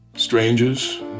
Strangers